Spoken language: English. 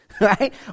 right